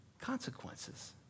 consequences